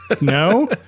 No